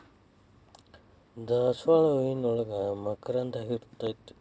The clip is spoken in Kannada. ದಾಸಾಳ ಹೂವಿನೋಳಗ ಮಕರಂದ ಇರ್ತೈತಿ